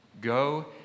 Go